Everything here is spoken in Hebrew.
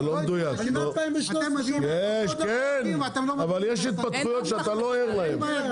זה לא מדויק, אבל יש התפתחויות שאתה לא ער להן.